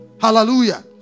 Hallelujah